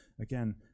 Again